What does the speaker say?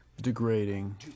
degrading